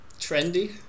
trendy